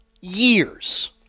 years